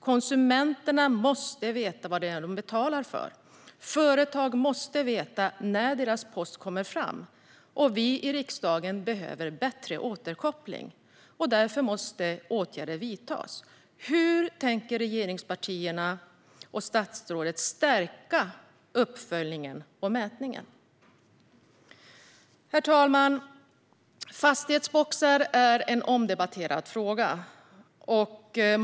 Konsumenterna måste veta vad det är de betalar för. Företag måste veta när deras post kommer fram, och vi i riksdagen behöver bättre återkoppling. Därför måste åtgärder vidtas. Hur tänker regeringspartierna och statsrådet stärka uppföljningen och mätningen? Herr talman! Fastighetsboxar är en omdebatterad fråga.